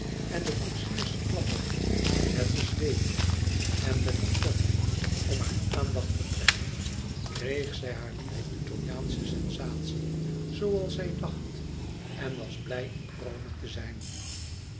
en de koetsiers klapperden met de zweepen en met de tong om haar aandacht te trekken kreeg zij hare lieve italiaansche sensatie zooals zij dacht en was blij in rome te zijn